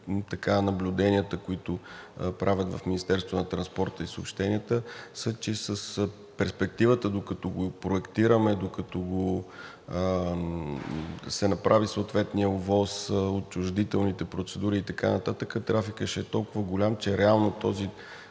наблюденията, които правят в Министерството на транспорта и съобщенията, са, че с перспективата, докато го проектираме, докато се направи съответният ОВОС, отчуждителни процедури и така нататък, трафикът ще е толкова голям, че реално по